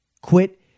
Quit